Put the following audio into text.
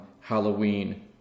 Halloween